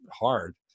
hard